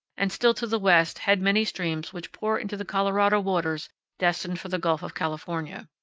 and still to the west head many streams which pour into the colorado waters destined for the gulf of california.